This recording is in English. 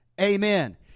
Amen